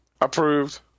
Approved